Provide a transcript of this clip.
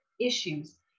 issues